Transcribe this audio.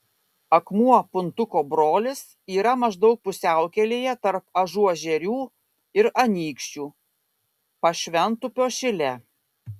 akmuo puntuko brolis yra maždaug pusiaukelėje tarp ažuožerių ir anykščių pašventupio šile